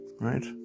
right